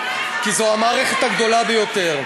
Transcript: כי זו המערכת הגדולה ביותר.